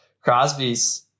Crosby's